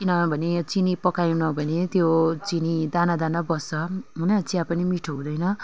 किन भने चिनी पकाएनौँ भने त्यो चिनी दाना दाना बस्छ होइन चिया पनि मिठो हुँदैन